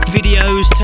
Videos